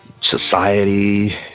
society